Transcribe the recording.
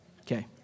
Okay